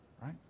right